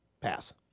Pass